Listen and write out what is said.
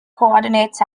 coordinates